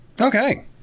Okay